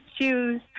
shoes